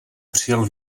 přijel